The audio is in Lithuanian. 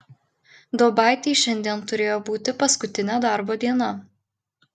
duobaitei šiandien turėjo būti paskutinė darbo diena